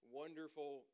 wonderful